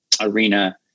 arena